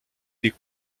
des